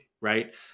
right